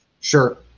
Sure